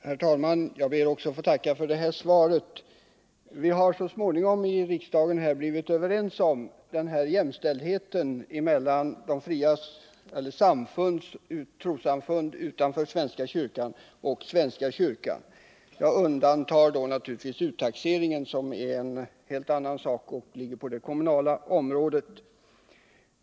Herr talman! Jag ber att få tacka också för det här svaret. Vi har så småningom här i riksdagen blivit överens om principen om jämställdhet mellan å ena sidan trossamfund utanför svenska kyrkan och å andra sidan svenska kyrkan. Jag undantar då naturligtvis uttaxeringen, som är en helt annan sak och som ligger på det kommunala området.